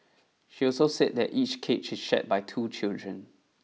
she also said that each cage is shared by two children